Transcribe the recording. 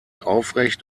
aufrecht